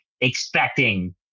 expecting